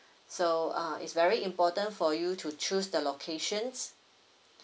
so uh it's very important for you to choose the locations